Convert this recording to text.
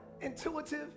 Intuitive